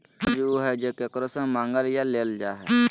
कर्ज उ हइ जे केकरो से मांगल या लेल जा हइ